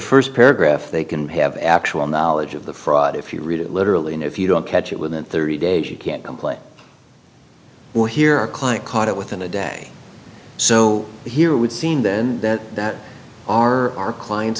first paragraph they can have actual knowledge of the fraud if you read it literally and if you don't catch it within thirty days you can't complain we're here our client caught it within a day so here it would seem then that our client